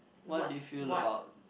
what do you feel about